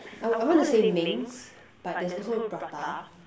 I would I want to say ming's but there's also prata